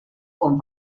con